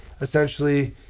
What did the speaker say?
essentially